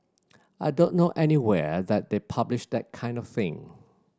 I don't know anywhere that they publish that kind of thing